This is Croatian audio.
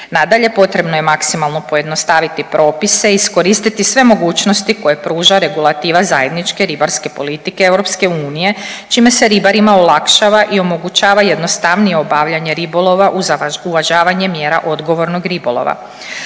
Nadalje, potrebno je maksimalno pojednostaviti propise, iskoristiti sve mogućnosti koje pruža regulativa zajedničke ribarske politike EU čime se ribarima olakšava i omogućava jednostavnije obavljanje ribolova uz uvažavanje mjera odgovornog ribolova.